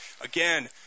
again